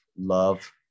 love